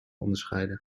onderscheiden